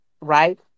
right